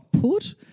put